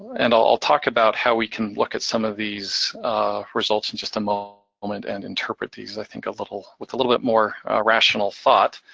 and i'll talk about how we can look at some of these results in just a moment and interpret these i think a little, with a little bit more rational thought.